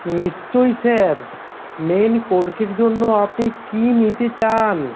নিশ্চয়ই sir main কোর্সের জন্য আপনি কী নিতে চান